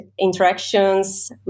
interactions